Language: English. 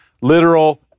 literal